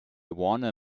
warner